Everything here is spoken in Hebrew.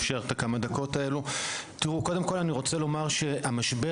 אני רוצה לומר שהמשבר